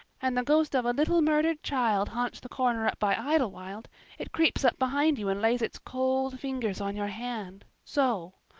and the ghost of a little murdered child haunts the corner up by idlewild it creeps up behind you and lays its cold fingers on your hand so.